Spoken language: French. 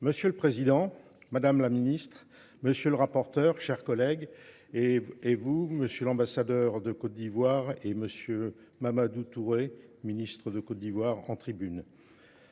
Monsieur le Président, Madame la Ministre, Monsieur le Rapporteur, chers collègues et vous, Monsieur l'ambassadeur de Côte d'Ivoire et Monsieur Mamadou Touré, Ministre de Côte d'Ivoire, en tribune.